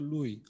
Lui